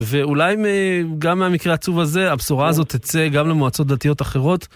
ואולי גם מהמקרה העצוב הזה, הבשורה הזאת תצא גם למועצות דתיות אחרות.